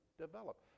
develop